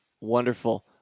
Wonderful